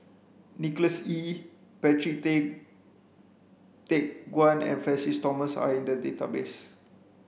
Nicholas Ee Patrick Tay Teck Guan and Francis Thomas are in the database